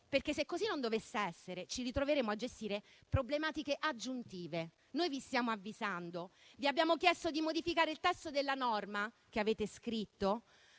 perché se così non dovesse essere, ci ritroveremo a gestire problematiche aggiuntive. Vi stiamo avvisando. Vi abbiamo chiesto di modificare il testo della norma che avete scritto